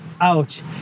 ouch